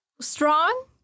strong